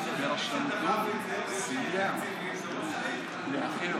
מי שדחף את זה והביא תקציבים זה ראש העיר.